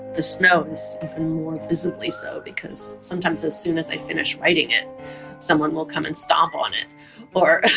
the snow is even more visibly so, because sometimes as soon as i finish writing it someone will come and stomp on it or